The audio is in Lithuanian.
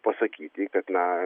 pasakyti kad na